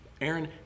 Aaron